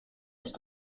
ist